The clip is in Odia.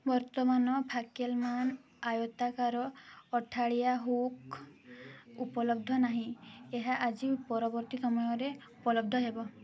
ବର୍ତ୍ତମାନ ଫାକେଲମାନ ଆୟତାକାର ଅଠାଳିଆ ହୁକ୍ ଉପଲବ୍ଧ ନାହିଁ ଏହା ଆଜି ପରବର୍ତ୍ତୀ ସମୟରେ ଉପଲବ୍ଧ ହେବ